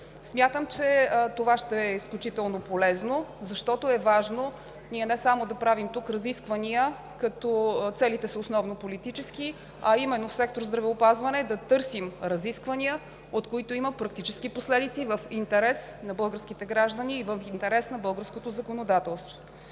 Смятам, че това ще е изключително полезно, защото е важно ние не само да правим тук разисквания, като целите са основно политически, а именно в сектор „Здравеопазване“ да търсим решения, от които има практически последици в интерес на българските граждани и в интерес на българското законодателство.